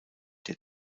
der